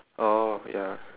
orh ya